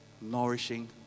nourishing